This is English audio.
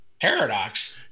Paradox